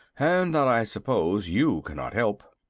and that i suppose you cannot help.